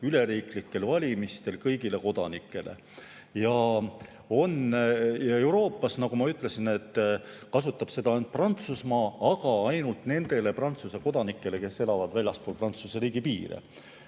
üleriiklikel valimistel kõigile kodanikele. Euroopas, nagu ma ütlesin, kasutab seda ainult Prantsusmaa, aga ainult nende Prantsuse kodanike puhul, kes elavad väljaspool Prantsuse riigi piire.